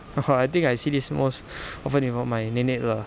ha ha I think I see this most often about my nenek lah